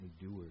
doers